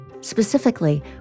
Specifically